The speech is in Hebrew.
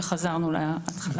וחזרנו להתחלה.